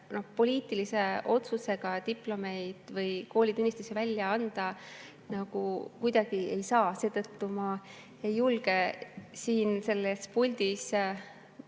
Poliitilise otsusega diplomeid või koolitunnistusi välja anda kuidagi ei saa. Seetõttu ei julge ma siin selles puldis